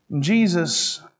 Jesus